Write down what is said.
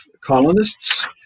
colonists